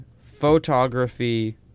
photography